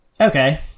okay